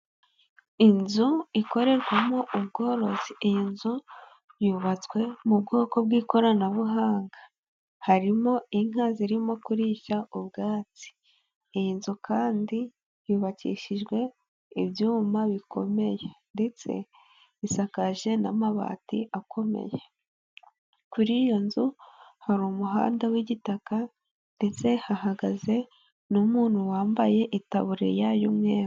Inzu ikorerwamo ubworozi, iyi nzu yubatswe mu bwoko bw'ikoranabuhanga. Harimo inka zirimo kurisha ubwatsi, iyi nzu kandi yubakishijwe ibyuma bikomeye ndetse isakaje n'amabati akomeye, kuri iyo nzu hari umuhanda w'igitaka ndetse hahagaze n'umuntu wambaye itaburiya y'umweru.